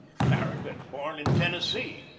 farragut, born in tennessee,